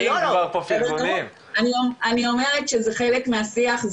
אני אומרת שזה חלק מהשיח,